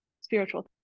spiritual